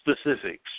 specifics